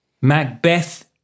Macbeth